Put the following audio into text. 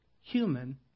human